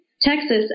Texas